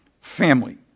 family